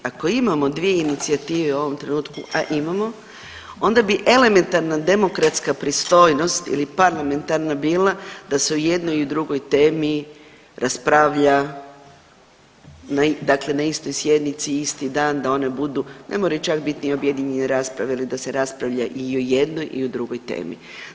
Ako imamo dvije inicijative u ovom trenutku, a imamo onda bi elementarna demokratska pristojnost ili parlamentarna bila da se o jednoj i o drugoj temi raspravlja, dakle na istoj sjednici isti dan, da one budu, ne moraju čak biti ni objedinjene rasprave ili da se raspravlja i o jednoj i o drugoj temi.